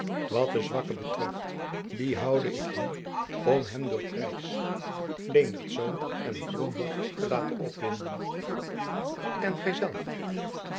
wat de zwakken betreft die houde ik hier om hen door preys leendertz en groenhof te laten opwinden en